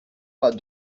pas